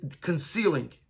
concealing